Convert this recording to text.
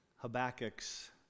Habakkuk's